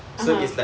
(uh huh)